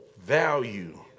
value